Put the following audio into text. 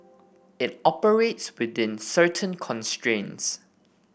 it operates within certain constraints